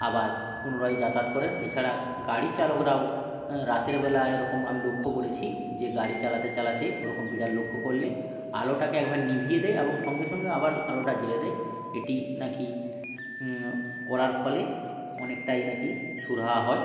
আবার পুনরায় যাতায়াত করেন এছাড়া গাড়ি চালকরাও রাতের বেলায় এরকম আমি লক্ষ্য করেছি যে গাড়ি চালাতে চালাতে ওরকম বিড়াল লক্ষ্য করলে আলোটাকে একবার নিভিয়ে দেয় এবং সঙ্গে সঙ্গে আবার আলোটা জ্বেলে দেয় এটি না কি করার ফলে অনেকটাই না কি সুরাহা হয়